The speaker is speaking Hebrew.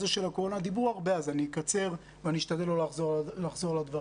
דיברו הרבה אז אני אקצר ואשתדל לא לחזור על דברים.